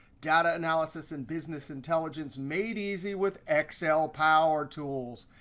data analysis and business intelligence made easy with excel power tools.